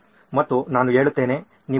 ಮತ್ತು ನಾನು ಹೇಳುತ್ತೇನೆ